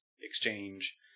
exchange